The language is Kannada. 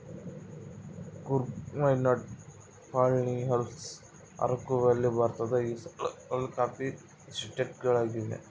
ಕೂರ್ಗ್ ವಾಯ್ನಾಡ್ ಪಳನಿಹಿಲ್ಲ್ಸ್ ಅರಕು ವ್ಯಾಲಿ ಭಾರತದ ಈ ಸ್ಥಳಗಳಲ್ಲಿ ಕಾಫಿ ಎಸ್ಟೇಟ್ ಗಳಿವೆ